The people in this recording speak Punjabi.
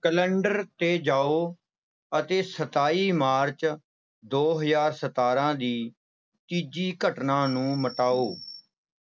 ਕੈਲੰਡਰ 'ਤੇ ਜਾਓ ਅਤੇ ਸਤਾਈ ਮਾਰਚ ਦੋ ਹਜ਼ਾਰ ਸਤਾਰ੍ਹਾਂ ਦੀ ਤੀਜੀ ਘਟਨਾ ਨੂੰ ਮਿਟਾਓ